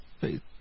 Faith